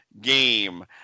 game